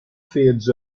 fades